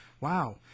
wow